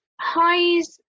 Highs